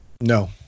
no